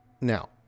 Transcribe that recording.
Now